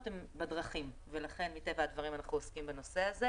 הן בדרכים ולכן מטבע הדברים אנחנו עוסקים בנושא הזה